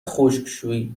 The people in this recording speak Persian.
خشکشویی